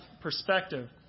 perspective